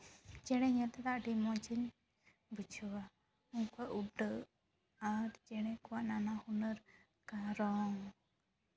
ᱪᱮᱬᱮ ᱧᱮᱞ ᱛᱮᱫᱚ ᱟᱹᱰᱤ ᱢᱚᱡᱤᱧ ᱵᱩᱡᱷᱟᱹᱣᱟ ᱩᱱᱠᱩᱣᱟᱜ ᱩᱰᱟᱹᱜ ᱟᱨ ᱪᱮᱬᱮ ᱠᱚᱣᱟᱜ ᱱᱟᱱᱟ ᱦᱩᱱᱟᱹᱨ ᱨᱚᱝ